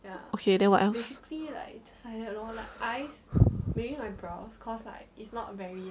okay then what else